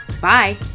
Bye